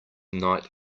night